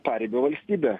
paribio valstybė